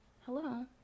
Hello